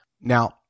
Now